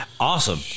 Awesome